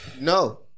No